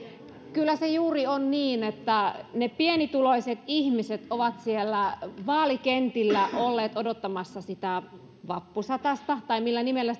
kyllä se on juuri niin että ne pienituloiset ihmiset ovat siellä vaalikentillä olleet odottamassa sitä vappusatasta tai millä nimellä